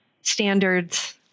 standards